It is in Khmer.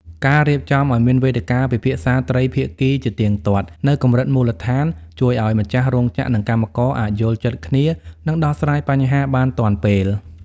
ការរៀបចំឱ្យមានវេទិកាពិភាក្សាត្រីភាគីជាទៀងទាត់នៅកម្រិតមូលដ្ឋាន ជួយឱ្យម្ចាស់រោងចក្រ និងកម្មករអាចយល់ចិត្តគ្នា និងដោះស្រាយបញ្ហាបានទាន់ពេល។